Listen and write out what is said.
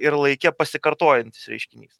ir laike pasikartojantis reiškinys